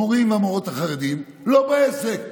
המורים והמורות החרדים לא בעסק.